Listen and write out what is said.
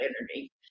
energy